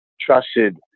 trusted